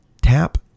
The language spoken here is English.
tap